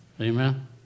Amen